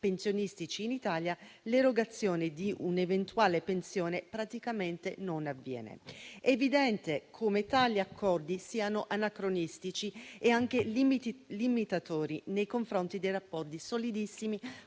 pensionistici in Italia l'erogazione di un'eventuale pensione praticamente non avviene. È evidente come tali accordi siano anacronistici e anche limitatori nei confronti dei rapporti solidissimi